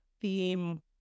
theme